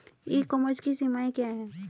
ई commerce की सीमाएं क्या हैं?